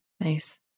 Nice